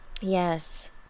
Yes